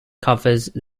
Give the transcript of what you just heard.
covers